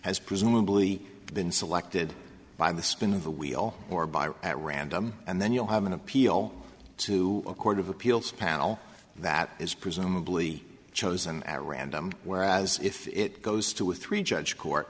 has presumably been selected by the spin of the wheel or at random and then you'll have an appeal to a court of appeals panel that is presumably chosen at random whereas if it goes to a three judge court